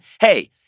Hey